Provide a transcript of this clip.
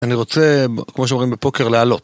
אני רוצה, כמו שאומרים בפוקר, להעלות.